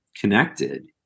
connected